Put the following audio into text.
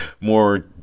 more